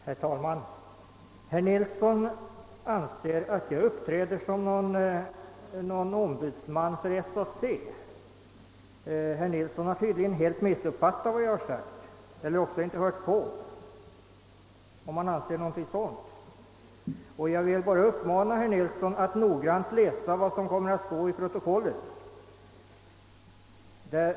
Herr talman! Herr Nilsson i Gävle anser att jag uppträder som ombudsman för SAC. Tydligen har herr. Nilsson helt missuppfattat vad jag sagt eller också har han inte hört på, och jag vill bara uppmana herr Nilsson att noggrant läsa vad som kommer att stå i protokollet.